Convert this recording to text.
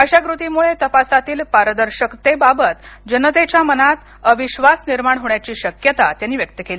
अशा कृतीमुळं तपासातील पारदर्शकतेबाबत जनतेच्या मनात अविश्वास निर्माण होण्याची शक्यता त्यांनी व्यक्त केली